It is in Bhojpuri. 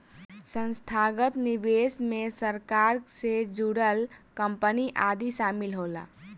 संस्थागत निवेशक मे सरकार से जुड़ल कंपनी आदि शामिल होला